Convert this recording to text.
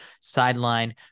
sideline